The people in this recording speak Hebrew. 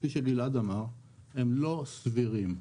שלנו-כפי שגלעד אמר, הם לא סבירים.